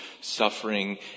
suffering